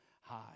high